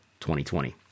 2020